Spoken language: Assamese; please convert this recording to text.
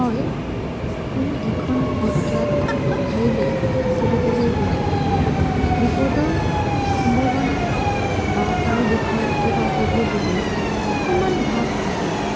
হয় কোনো এখন অজ্ঞাত ঠাইলৈ ফুৰিবলৈ গ'লে বিপদৰ সম্ভাৱনা বা তাৰ বিষয়ে কিবা হ'ব বুলি অকমান ভাৱ আহে